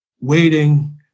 waiting